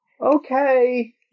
okay